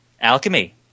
alchemy